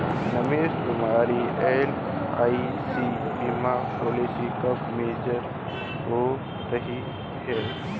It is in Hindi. रमेश तुम्हारी एल.आई.सी बीमा पॉलिसी कब मैच्योर हो रही है?